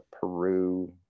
Peru